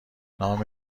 نام